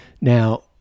Now